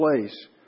place